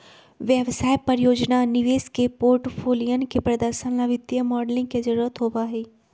व्यवसाय, परियोजना, निवेश के पोर्टफोलियन के प्रदर्शन ला वित्तीय मॉडलिंग के जरुरत होबा हई